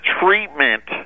treatment